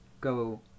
go